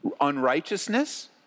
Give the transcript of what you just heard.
unrighteousness